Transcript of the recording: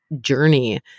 journey